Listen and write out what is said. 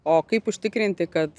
o kaip užtikrinti kad